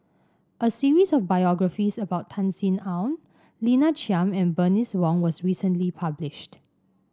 a series of biographies about Tan Sin Aun Lina Chiam and Bernice Wong was recently published